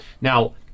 now